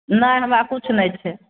नहि हमरा किछु नहि छै